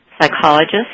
psychologist